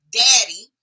daddy